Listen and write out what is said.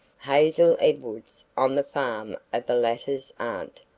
hazel edwards, on the farm of the latter's aunt,